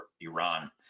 Iran